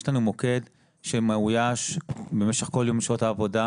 יש לנו מוקד שמאויש במשך כל יום בשעות העבודה,